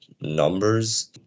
numbers